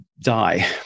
die